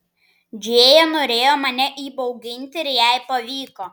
džėja norėjo mane įbauginti ir jai pavyko